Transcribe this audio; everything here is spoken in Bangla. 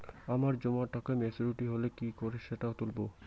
আমার জমা টাকা মেচুউরিটি হলে কি করে সেটা তুলব?